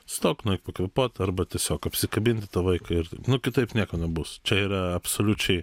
stok nueik pakvėpuot arba tiesiog apsikabinti tą vaiką ir nu kitaip nieko nebus čia yra absoliučiai